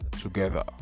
together